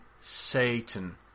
Satan